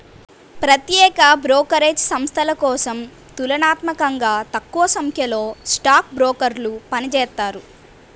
ప్రత్యేక బ్రోకరేజ్ సంస్థల కోసం తులనాత్మకంగా తక్కువసంఖ్యలో స్టాక్ బ్రోకర్లు పనిచేత్తారు